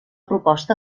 proposta